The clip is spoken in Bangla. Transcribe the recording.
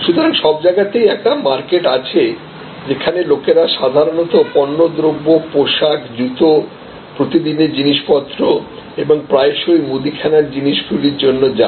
সুতরাং সবজায়গাতেই একটা মার্কেট আছে যেখানে লোকেরা সাধারণ পণ্যদ্রব্য পোশাক জুতা প্রতিদিনের জিনিসপত্র এবং প্রায়শই মুদিখানার জিনিসগুলির জন্যে যায়